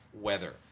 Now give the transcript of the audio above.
weather